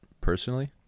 personally